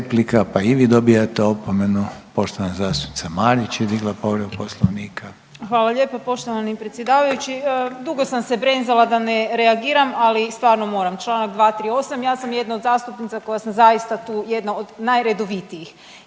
pa i vi dobijate opomenu. Poštovana zastupnica Marić je digla povredu Poslovnika. **Marić, Andreja (SDP)** Hvala lijepa poštovani predsjedavajući. Dugo sam se brenzala da ne reagiram, ali stvarno moram. Članak 238. Ja sam jedna od zastupnica koja sam zaista tu jedna od najredovitijih